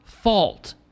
fault